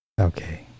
Okay